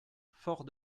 fort